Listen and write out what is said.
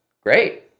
Great